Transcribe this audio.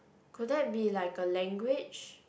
could that be like a language